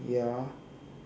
ya